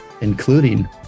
including